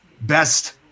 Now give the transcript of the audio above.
best